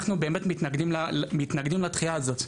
אנחנו באמת מתנגדים לדחייה הזאת.